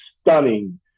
stunning